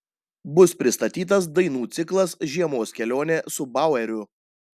bus pristatytas dainų ciklas žiemos kelionė su baueriu